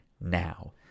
now